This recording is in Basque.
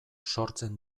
sortzen